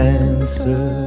answer